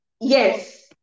yes